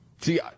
See